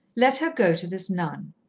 let her go to this nun.